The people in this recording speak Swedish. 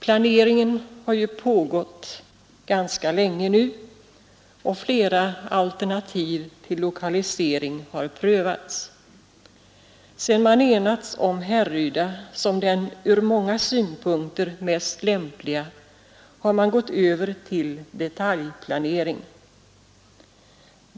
Planeringen har pågått ganska länge nu, och flera alternativ till lokalisering har prövats. Sedan man enats om Härryda såsom den ur många synpunkter mest lämpliga platsen har man gått över till detaljplanering.